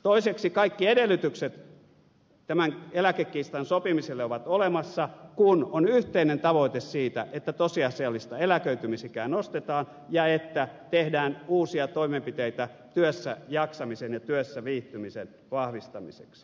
toiseksi kaikki edellytykset tämän eläkekiistan sopimiselle ovat olemassa kun on yhteinen tavoite siitä että tosiasiallista eläköitymisikää nostetaan ja että tehdään uusia toimenpiteitä työssä jaksamisen ja työssä viihtymisen vahvistamiseksi